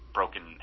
broken